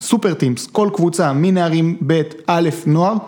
סופר טימפס, כל קבוצה, מנהרים, ב' א', נוער